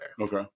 okay